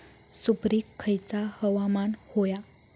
सुपरिक खयचा हवामान होया?